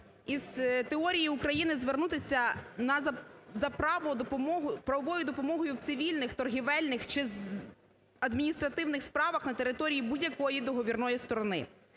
із теорії України звернутися за правовою допомогою в цивільних, торгівельних чи адміністративних справах на території будь-якої договірної сторони.